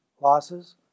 losses